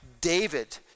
David